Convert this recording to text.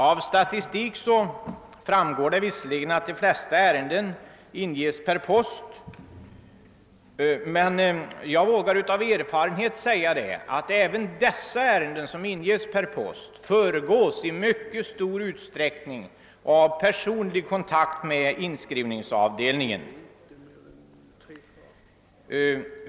Av statistiken framgår visserligen att de flesta ärenden inlämnas per post, men jag vågar av erfarenhet säga att även dessa ärenden i mycket stor utsträckning handläggs efter en personlig kontakt med inskrivningsavdelningen.